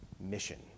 mission